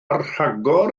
rhagor